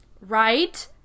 Right